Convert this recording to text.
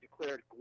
declared